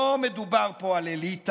לא מדובר פה על אליטה,